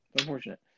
Unfortunate